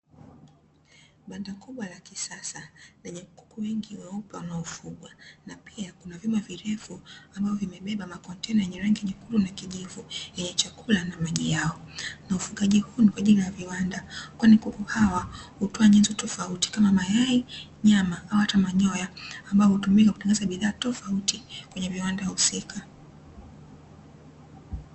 Banda kubwa la kisasa lenye kuku wengi weupe wanaofugwa. Na pia kuna vyuma virefu ambavyo vimebeba makontena yenye rangi nyekundu na kijivu yenye chakula na maji yao. Na ufugaji huu ni kwa ajili ya viwanda kwani kuku hawa hutoa nyenzo tofauti, kama: mayai, nyama au hata manyoya; ambayo hutumika kutengeneza bidhaa tofauti kwenye viwanda husika.